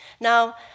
Now